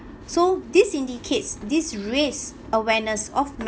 so this indicates this raise awareness of